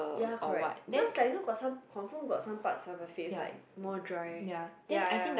ya correct because like you know some confirm got some parts of your face like more dry ya ya